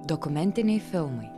dokumentiniai filmai